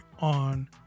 on